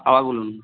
আবার বলুন